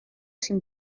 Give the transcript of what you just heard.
sin